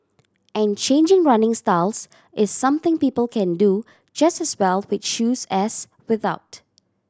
and changing running styles is something people can do just as well with shoes as without